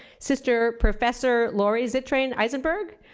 sister professor lori zittrain eisenberg,